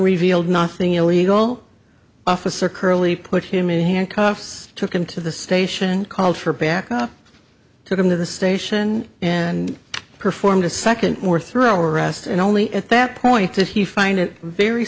revealed nothing illegal officer curley put him in handcuffs took him to the station called for backup took him to the station and performed a second or throw arrest and only at that point that he find it very